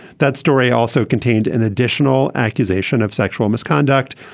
that story also contained an additional accusation of sexual misconduct.